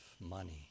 money